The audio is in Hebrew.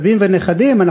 סבים ונכדים,